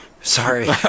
Sorry